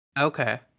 Okay